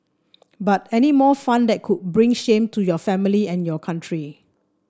but any more fun that could bring shame to your family and your country